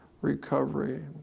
recovery